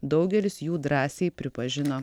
daugelis jų drąsiai pripažino